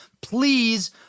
please